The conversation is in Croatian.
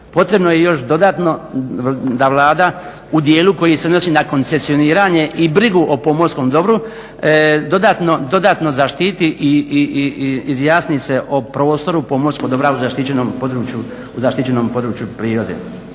potrebno je još dodatno da Vlada u dijelu koji se odnosi na koncesioniranje i brigu o pomorskom dobru dodatno zaštiti i izjasni se o prostoru pomorskog dobra u zaštićenom području prirode.